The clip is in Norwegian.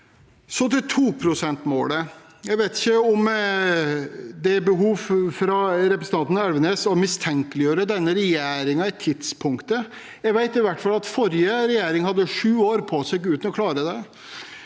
til 2-prosentmålet: Jeg vet ikke om det er et behov for representanten Elvenes å mistenkeliggjøre denne regjeringen når det gjelder tidspunktet. Jeg vet i hvert fall at forrige regjering hadde sju år på seg uten å klare det.